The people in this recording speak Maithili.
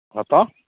हँ तऽ